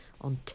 on